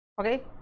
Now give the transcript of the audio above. Okay